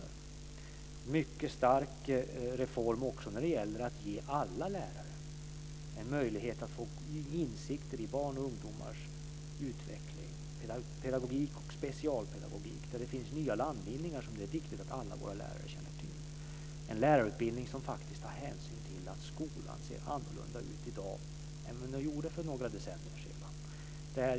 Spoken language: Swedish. Det är en mycket stark reform också när det gäller att ge alla lärare en möjlighet att få insikter i barns och ungdomars utveckling och i pedagogik och specialpedagogik. Där finns det nya landvinningar som det är viktigt att alla våra lärare känner till. Det är en lärarutbildning som faktiskt tar hänsyn till att skolan ser annorlunda ut i dag än vad den gjorde för några decennier sedan.